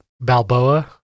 balboa